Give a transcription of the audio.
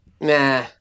Nah